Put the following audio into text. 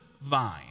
vine